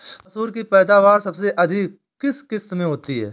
मसूर की पैदावार सबसे अधिक किस किश्त में होती है?